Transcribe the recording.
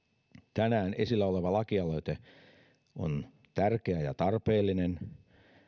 tänään esillä oleva lakialoite on tärkeä ja tarpeellinen